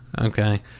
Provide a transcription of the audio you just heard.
Okay